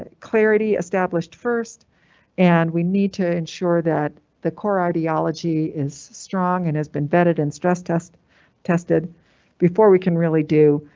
ah clarity established first and we need to ensure that the core ideology is strong and has been vetted and stress test tested before we can really do.